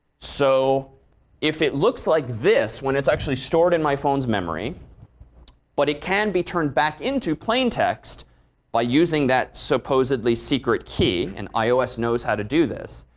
so if it looks like this when it's actually stored in my phone's memory but it can be turned back into plaintext by using that supposedly secret key and ios knows how to do this,